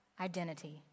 identity